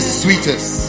sweetest